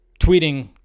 tweeting